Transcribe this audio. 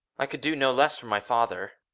i could do no less for my father.